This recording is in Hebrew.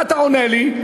מה אתה עונה לי?